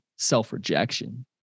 self-rejection